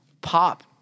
pop